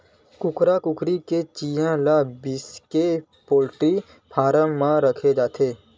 कुकरा कुकरी के चिंया ल बिसाके पोल्टी फारम म राखे जाथे